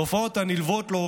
תופעות הנלוות לו,